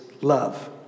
love